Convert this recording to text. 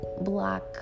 black